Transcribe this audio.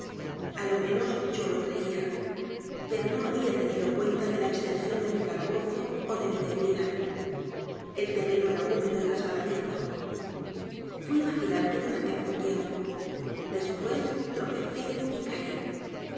á lo menos yo lo c r e í a pero no había tenido cuenta de la extensión de mi calabozo ó de mi debilidad el terreno era húmedo y resbaladizo fui vacilante durante algún tiempo después tropecé y caí